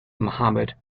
mohamed